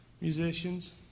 musicians